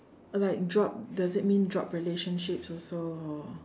uh like drop does it mean drop relationships also or